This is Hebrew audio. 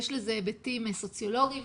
יש לזה היבטים סוציולוגיים,